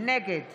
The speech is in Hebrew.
נגד